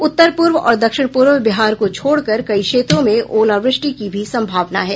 उत्तर पूर्व और दक्षिण पूर्व बिहार को छोड़कर कई क्षेत्रों में ओलावृष्टि की भी संभावना है